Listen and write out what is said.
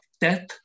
death